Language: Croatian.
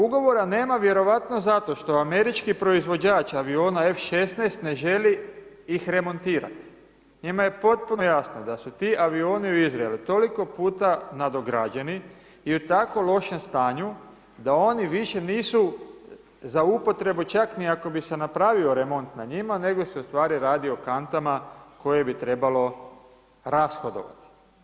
Ugovora nema vjerovatno zato što američki proizvođač aviona F-16 ne želi ih remontirat, njima je potpuno jasno da su ti avioni u Izraelu toliko puta nadograđeni i u tako lošem stanju da oni više nisu za upotrebu čak ni ako bi se napravio remont na njima, nego se u stvari radi o kantama koje bi trebalo rashodovati.